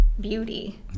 beauty